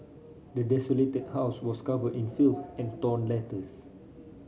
the desolated house was covered in filth and torn letters